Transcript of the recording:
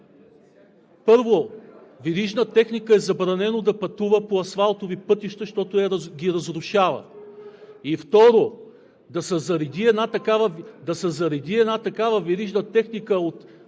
е верижна техника да пътува по асфалтови пътища, защото ги разрушава. И второ, да се зареди една такава верижна техника от